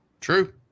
True